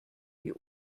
die